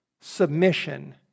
submission